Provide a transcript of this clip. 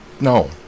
no